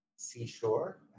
seashore